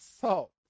salt